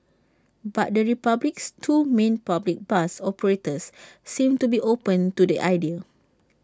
but the republic's two main public bus operators seem to be open to the idea